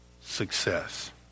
success